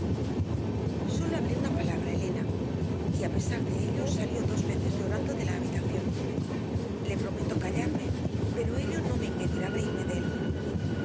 sólo hablé una palabra elena y a pesar de ello salió dos veces llorando de la habitación le prometo callarme pero ello no me impedirá reírme de él